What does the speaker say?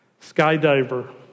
skydiver